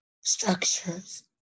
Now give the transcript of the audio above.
structures